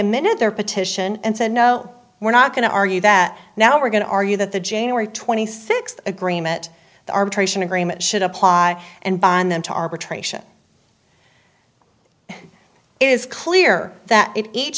amended their petition and said no we're not going to argue that now we're going to argue that the january twenty sixth agreement the arbitration agreement should apply and bind them to arbitration it is clear that if each